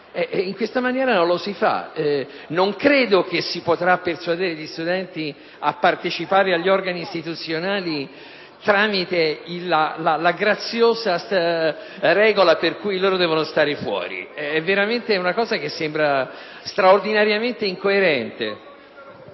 In questa maniera non lo si fa: non credo che si potranno persuadere gli studenti a partecipare agli organi istituzionali tramite la graziosa regola per cui loro devono stare fuori. È veramente una cosa che sembra straordinariamente incoerente.